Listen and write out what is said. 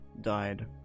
died